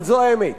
אבל זו האמת.